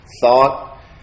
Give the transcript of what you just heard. thought